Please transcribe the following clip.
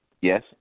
yes